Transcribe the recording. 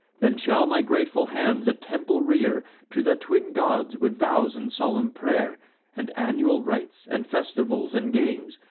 then shall my grateful hands a temple rear to the twin gods, with vows and solemn pray'r and annual rites, and festivals, and games,